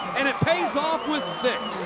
and it pays off with six.